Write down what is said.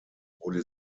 wurde